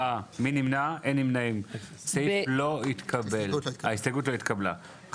3 נמנעים, 0 ההסתייגות לא התקבלה.